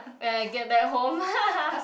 when I get back home